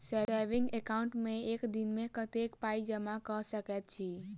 Saving account मे एक दिनमे कतेक पाई जमा कऽ सकैत छी?